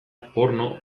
porno